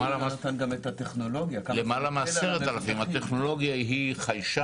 מעבר לנושא ועדת הסל שנגיע אליו יותר מאוחר.